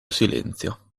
silenzio